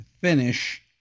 finish